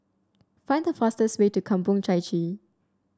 find the fastest way to Kampong Chai Chee